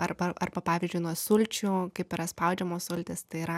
arba arba pavyzdžiui nuo sulčių kaip yra spaudžiamos sultys tai yra